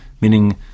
meaning